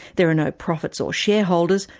there are no profits or shareholders,